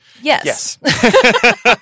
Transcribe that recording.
Yes